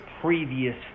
previous